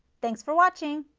thanks for watching.